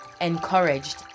encouraged